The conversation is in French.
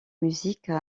musique